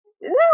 No